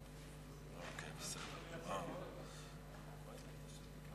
אנחנו מכירים בכנסת ישראל את הצעות החוק של הוראת